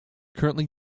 currently